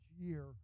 year